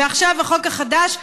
ועכשיו החוק החדש,